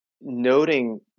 noting